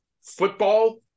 football